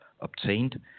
obtained